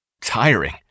tiring